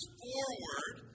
forward